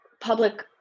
public